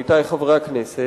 עמיתי חברי הכנסת,